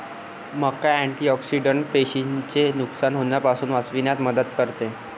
मका अँटिऑक्सिडेंट पेशींचे नुकसान होण्यापासून वाचविण्यात मदत करते